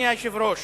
אדוני היושב-ראש,